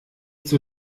zur